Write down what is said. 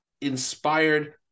inspired